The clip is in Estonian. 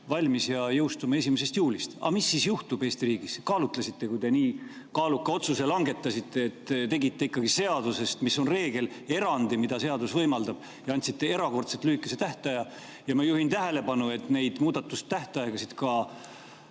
valmis ja jõustuma 1. juulil. Aga mis siis juhtub Eesti riigis? Kas te kaalutlesite [põhjalikult], kui te nii kaaluka otsuse langetasite, et tegite ikkagi seadusest, mis on reegel, erandi, mida seadus võimaldab, ja andsite erakordselt lühikese tähtaja? Ja ma juhin tähelepanu, et neid muudatustähtaegasid ka